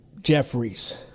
Jeffries